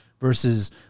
versus